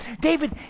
David